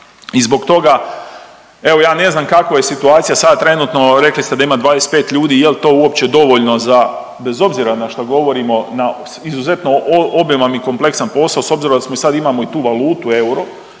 i zbog toga, evo ja ne znam kako je situacija sad trenutno, rekli ste da ima 25 ljudi, je li to uopće dovoljno za, bez obzira na šta govorimo, na izuzetno obilan i kompleksan posao, s obzirom da sad imamo i tu valutu euro